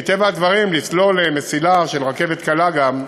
מטבע הדברים, לסלול מסילה של רכבת קלה גם,